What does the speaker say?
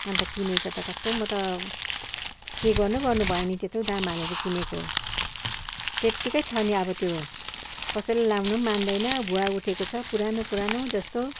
अन्त किनेको त कस्तो म त के गर्नु गर्नु भयो नि त्यत्रो दाम हालेर किनेको त्यत्तिकै छ नि अब त्यो कसैले लगाउनु पनि मान्दैन भुवा उठेको छ पुरानो पुरानो जस्तो